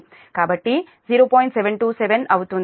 727 అవుతుంది